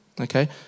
Okay